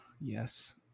yes